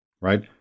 right